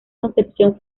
concepción